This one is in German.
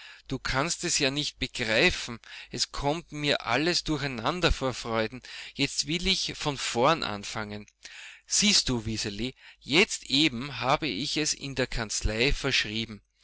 du kannst es ja nicht begreifen es kommt mir alles durcheinander vor freuden jetzt will ich von vorn anfangen siehst du wiseli jetzt eben habe ich es in der kanzlei verschrieben